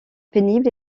pénible